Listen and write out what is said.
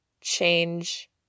change